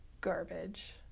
garbage